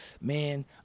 man